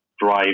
drive